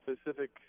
specific